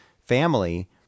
family